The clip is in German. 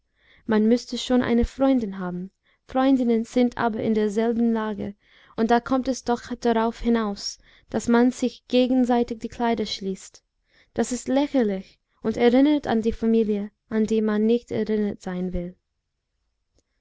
man müßte schon eine freundin haben freundinnen sind aber in derselben lage und da kommt es doch darauf hinaus daß man sich gegenseitig die kleider schließt das ist lächerlich und erinnert an die familie an die man nicht erinnert sein will